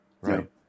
Right